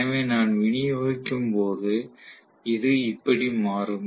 எனவே நான் விநியோகிக்கும்போது இது இப்படி மாறும்